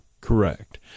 Correct